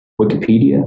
Wikipedia